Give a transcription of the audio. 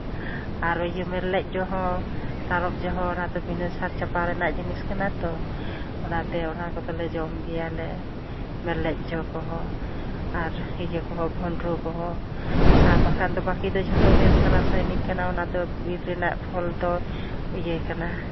ᱟᱨ ᱤᱭᱟᱹ ᱢᱮᱨᱞᱮᱡ ᱡᱚ ᱛᱟᱨᱚᱯ ᱡᱚ ᱦᱚᱸ ᱚᱱᱟᱫᱚ ᱵᱤᱱᱟᱹ ᱥᱟᱨ ᱪᱟᱯᱟᱱ ᱨᱮᱱᱟᱜ ᱡᱤᱱᱤᱥ ᱠᱟᱱᱟ ᱛᱚ ᱚᱱᱟᱛᱮ ᱚᱱᱟ ᱠᱚᱫᱚᱞᱮ ᱡᱚᱢ ᱜᱮᱭᱟ ᱞᱮ ᱢᱮᱨᱞᱮᱡ ᱡᱚ ᱠᱚᱦᱚᱸ ᱟᱨ ᱤᱭᱟᱹ ᱠᱚᱦᱚᱸ ᱵᱷᱩᱸᱰᱨᱩ ᱠᱚᱦᱚᱸ ᱟᱨ ᱵᱟᱠᱷᱟᱱ ᱵᱟᱹᱠᱤ ᱫᱚ ᱡᱷᱚᱛᱚ ᱜᱮ ᱨᱟᱥᱟᱭᱱᱤᱠ ᱠᱟᱱᱟ ᱚᱱᱟ ᱫᱚ ᱵᱤᱨ ᱨᱮᱱᱟᱜ ᱯᱷᱚᱞ ᱫᱚ ᱤᱭᱟᱹ ᱠᱟᱱᱟ